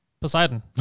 Poseidon